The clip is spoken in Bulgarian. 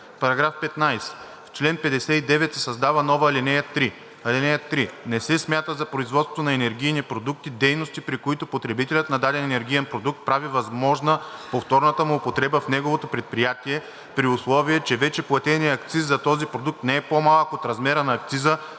§ 15: „§ 15. В чл. 59 се създава нова ал. 3: „(3) Не се смята за производство на енергийни продукти дейности, при които потребителят на даден енергиен продукт прави възможна повторната му употреба в неговото предприятие, при условие че вече платеният акциз за този продукт не е по-малък от размера на акциза,